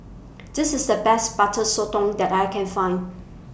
This IS The Best Butter Sotong that I Can Find